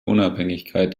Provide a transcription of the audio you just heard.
unabhängigkeit